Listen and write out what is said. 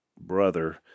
brother